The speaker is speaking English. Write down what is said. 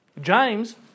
James